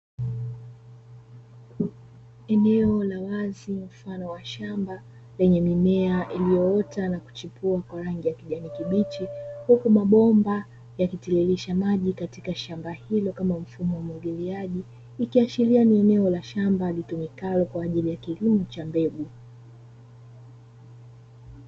Eneo la wazi mfano wa shamba lenye mimea iliyoota na kuchipua kwa rangi ya kijani kibichi, huku mabomba yakitiririsha maji katika shamba hilo kama mfumo wa umwagiliaji, ikiashiria ni eneo la shamba litumikalo kwa ajili ya kilimo cha mbegu.